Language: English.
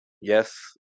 Yes